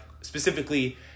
specifically